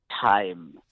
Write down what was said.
time